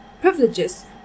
privileges